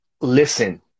listen